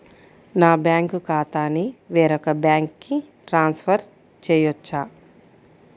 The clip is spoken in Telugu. నా బ్యాంక్ ఖాతాని వేరొక బ్యాంక్కి ట్రాన్స్ఫర్ చేయొచ్చా?